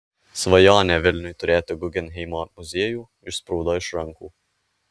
svajonė vilniui turėti guggenheimo muziejų išsprūdo iš rankų